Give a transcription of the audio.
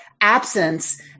absence